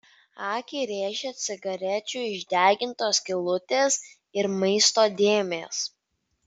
akį rėžė cigarečių išdegintos skylutės ir maisto dėmės